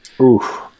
Oof